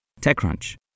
TechCrunch